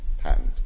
patent